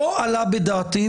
לא עלה בדעתי,